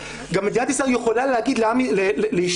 גם מדינת ישראל יכולה להגיד לאשתי,